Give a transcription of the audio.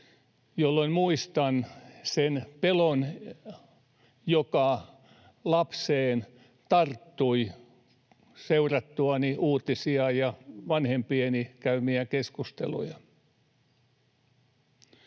jolloin muistan sen pelon, joka lapseen tarttui seurattuani uutisia ja vanhempieni käymiä keskusteluja.